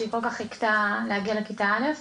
שהיא כל כך חיכתה להגיע לכיתה א'.